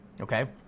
okay